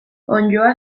onddoa